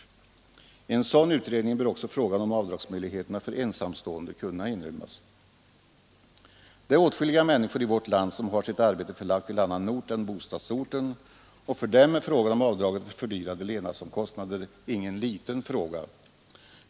I en sådan utredning bör också frågan om avdragsmöjligheterna för ensamstående kunna inrymmas. Det är åtskilliga människor i vårt land som har sitt arbete förlagt till annan ort än bostadsorten, och för dem är frågan om avdraget för fördyrade levnadsomkostnader ingen liten fråga.